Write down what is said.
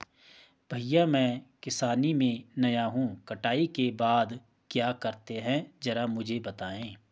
भैया मैं किसानी में नया हूं कटाई के बाद क्या करते हैं जरा मुझे बताएं?